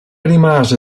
rimase